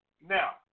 Now